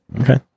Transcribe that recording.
Okay